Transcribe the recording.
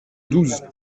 douze